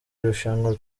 irushanwa